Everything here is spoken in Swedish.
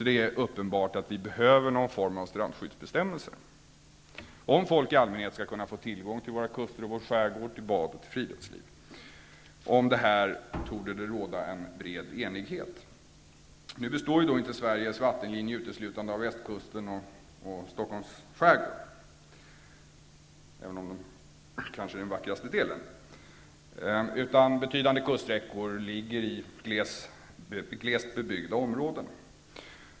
Det är alltså uppenbart att vi behöver någon form av strandskyddsbestämmelser om folk i allmänhet skall kunna få tillgång till våra kuster och vår skärgård, till bad och friluftsliv. Om detta torde det råda en bred enighet. Nu består inte Sveriges vattenlinje uteslutande av Västkusten och Stockholms skärgård, även om det kanske är de vackraste delarna. Betydande kuststräckor ligger i glest bebyggda områden.